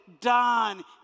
Done